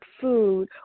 food